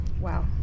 wow